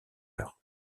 heure